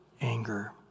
anger